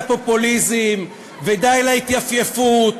די לפופוליזם ודי להתייפייפות